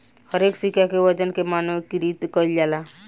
हरेक सिक्का के वजन के मानकीकृत कईल जाला